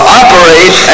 operate